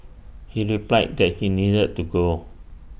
he replied that he needed to go